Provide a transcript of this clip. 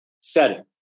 setting